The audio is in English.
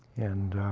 and